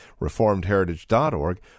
reformedheritage.org